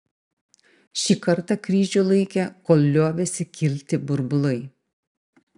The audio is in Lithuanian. šį kartą kryžių laikė kol liovėsi kilti burbulai